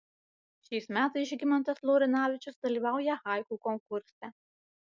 šiais metais žygimantas laurinavičius dalyvauja haiku konkurse